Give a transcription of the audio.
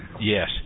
Yes